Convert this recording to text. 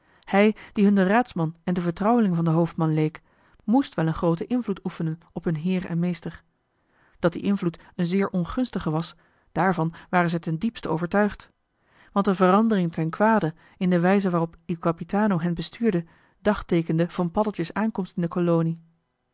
hij die hun de raadsman en de vertrouweling van den hoofdman leek moest wel een grooten invloed oefenen op hun heer en meester dat die invloed een zeer ongunstige was daarvan waren zij ten diepste overtuigd want de verandering ten kwade in de wijze waarop il capitano hen bestuurde dagteekende van paddeltje's aankomst in de kolonie